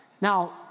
now